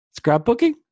Scrapbooking